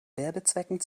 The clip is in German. werbezwecken